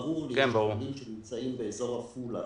ברור לי שחולים שנמצאים באזור עפולה,